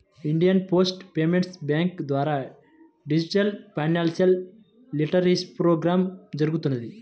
India post payments bank ద్వారా digital financial literacy program జరుగుతున్నది